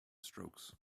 strokes